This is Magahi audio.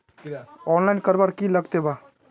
आनलाईन करवार की लगते वा?